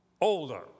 older